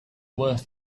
worth